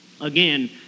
Again